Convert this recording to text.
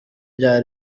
bya